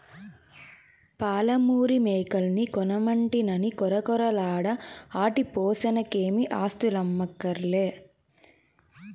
పాలమూరు మేకల్ని కొనమంటినని కొరకొరలాడ ఆటి పోసనకేమీ ఆస్థులమ్మక్కర్లే